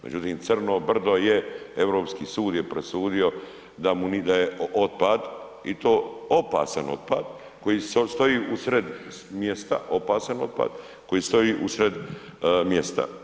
Međutim, crno brdo je Europski sud je presudio da mu nije, da je otpad i to opasan otpad koji stoji u sred mjesta, opasan otpad koji stoji u sred mjesta.